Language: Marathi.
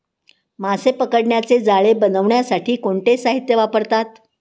मासे पकडण्याचे जाळे बनवण्यासाठी कोणते साहीत्य वापरतात?